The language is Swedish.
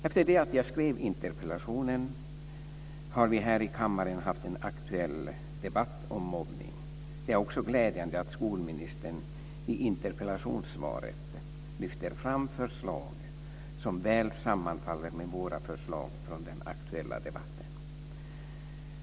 Efter det att jag skrev interpellationen har vi här i kammaren haft en aktuell debatt om mobbning. Det är också glädjande att skolministern i interpellationssvaret lyfter fram förslag som väl sammanfaller med våra förslag från den aktuella debatten.